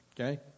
okay